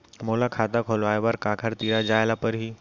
मोला खाता खोलवाय बर काखर तिरा जाय ल परही?